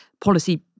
policy